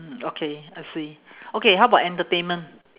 mm okay I see okay how about entertainment